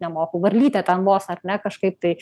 nemoku varlytę ten vos ar ne kažkaip tai